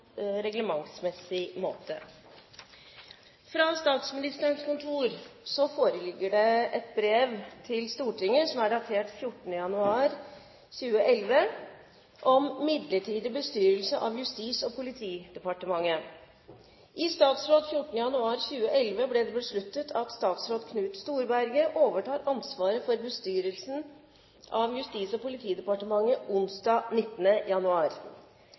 reglementsmessig måte. Fra statsministerens kontor foreligger følgende brev til Stortinget, datert 14. januar 2011: «Midlertidig bestyrelse av Justis- og politidepartementetI statsråd 14. januar 2011 ble det besluttet at statsråd Knut Storberget overtar ansvaret for bestyrelsen av Justis- og politidepartementet onsdag 19. januar.